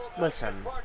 listen